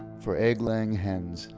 for egg-laying hens,